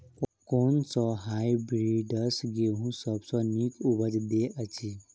कुन सँ हायब्रिडस गेंहूँ सब सँ नीक उपज देय अछि?